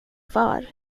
far